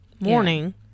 morning